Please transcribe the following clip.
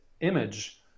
image